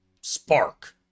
spark